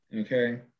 okay